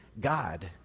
God